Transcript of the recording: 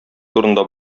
турында